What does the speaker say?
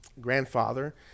grandfather